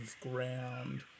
ground